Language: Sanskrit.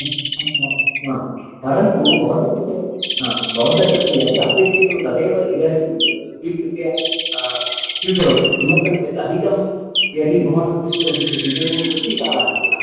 ह्म् परन्तु भवतः कृते हा भवतः कृते यत् अपेक्षितं तदेव इदानीं स्वीकृत्य स्वीकरोतु किमर्थं चेत् अधिकं यदि भवान् स्वीकरोति इदानीं वृष्टिकालः